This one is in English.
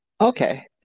Okay